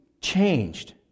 changed